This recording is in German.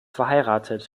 verheiratet